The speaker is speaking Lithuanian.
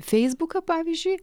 feisbuką pavyzdžiui